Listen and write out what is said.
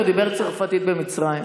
והוא דיבר צרפתית במצרים.